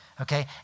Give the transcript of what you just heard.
Okay